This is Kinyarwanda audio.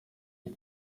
uyu